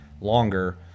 longer